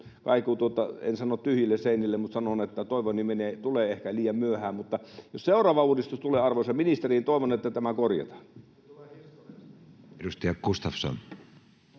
kaikuu... En sano tyhjille seinille, mutta sanon, että toiveeni tulee ehkä liian myöhään. Mutta jos seuraava uudistus tulee, arvoisa ministeri, niin toivon, että tämä korjataan. [Pasi Kivisaari: